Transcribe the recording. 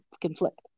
conflict